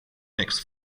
next